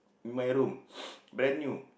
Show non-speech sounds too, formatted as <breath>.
in my room <breath> brand new